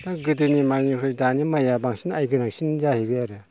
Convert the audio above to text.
दा गोदोनि माइनिफ्राय दानि माइया बांसिन आय गोनांसिन जाहैबाय आरो